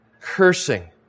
cursing